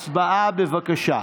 הצבעה, בבקשה.